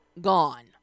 gone